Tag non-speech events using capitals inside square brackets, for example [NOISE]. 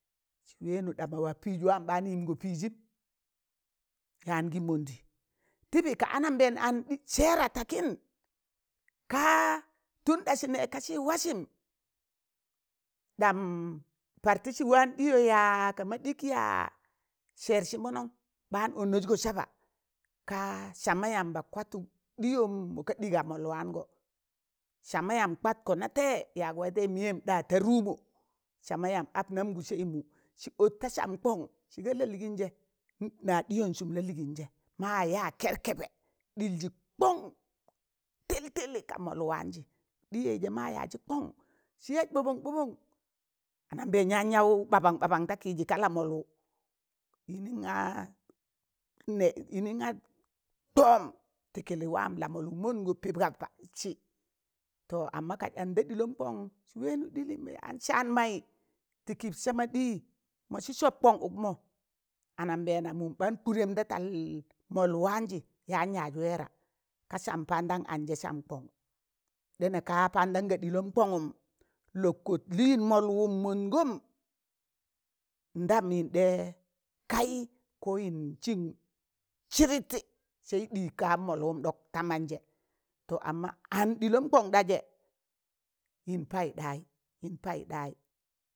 Sị wẹẹnụ ɗama wa pịịz wam ɓaan yịmgọ pịịzịm yaan gị mọndị, tịbị ka anambẹẹn an ɗi sẹẹra takịn kaa tunɗa sị nẹg kaa sị wasịm ɗam pọrtịsị waan ɗịyọ yaa, kama ɗịk yaa, sẹẹrsị manọm baan ọnasgọ sabọ ka sama yamba kwatụk ɗịyum maga ga ɗi ka mọl waangọ, sama yamb kwatkọ nataịzẹ yag wataịzẹ mịyẹm ɗa tọ rụbu sama yamb ọptamgụ saịmụ sị ọt ta sam kọn sịga lalịịnzẹ, na ɗịyọm sụm la lịịnzẹ, ma yaa kẹrkẹbẹ ɗịljị kọng tịltịlị ka mọlụ waanjị ɗịyẹịzẹ ma yaazị kọn sị yas ɓọbọn ɓọbọn ta kịịzị kaa la mọlwụ yị nịnna nẹ yịnịna tọm tịkị li wam la mọlwụ mọnd gọ pịp kan pa sị [UNINTELLIGIBLE] kan an da ɗịlọm kọn sị wẹẹnụ ɗịlịm mọs anjẹ yaan saan maị tịkị sama ɗịyị manzị sop kọn ụkmọ anambẹẹna mụm baan kụdẹm da tal ana mọl waanjị yaan yaz wẹẹra ka sam pandan ka ɗịlọm kọngụm lọk kọt lịịn mọlwụm mọnd gọm, ndam yịn ɗẹ kayị ko yịn sịn sịdịtị sai ɗịịg ka mọlwụm ɗọk ta manjẹ to amma an ɗịlọm kọn ɗa je, yịn payịk ɗayị, yịn payịk ɗayị.